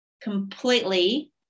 completely